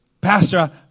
Pastor